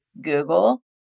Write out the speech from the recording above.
Google